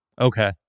Okay